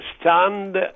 stand